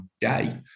day